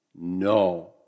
No